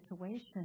situation